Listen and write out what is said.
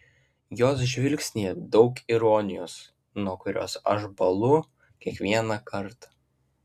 jos žvilgsnyje daug ironijos nuo kurios aš bąlu kiekvieną kartą